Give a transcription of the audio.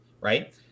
right